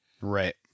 Right